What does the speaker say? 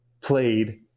played